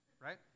right